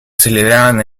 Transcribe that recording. celebraban